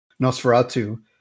nosferatu